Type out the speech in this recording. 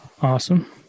Awesome